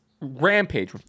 rampage